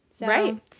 right